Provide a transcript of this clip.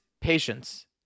patience